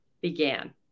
began